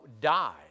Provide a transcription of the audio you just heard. died